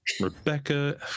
Rebecca